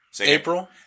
April